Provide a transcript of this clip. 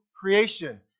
creation